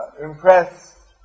impress